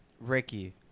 Ricky